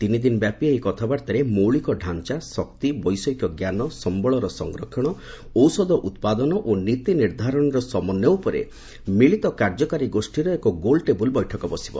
ତିନି ଦିନ ବ୍ୟାପୀ ଏହି କଥାବାର୍ତ୍ତାରେ ମୌଳିକ ଡାଞ୍ଚା ଶକ୍ତି ବୈଷୟିକଜ୍ଞାନ ସମ୍ଭଳର ସଂରକ୍ଷଣ ଔଷଧ ଉତ୍ପାଦନ ଓ ନୀତି ନିର୍ଦ୍ଧାରଣରେ ସମନ୍ୱୟ ଉପରେ ମିଳିତ କାର୍ଯ୍ୟକାରୀ ଗୋଷ୍ଠୀର ଏକ ଗୋଲଟେବୁଲ୍ ବୈଠକ ବସିବ